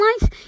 life